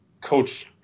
coach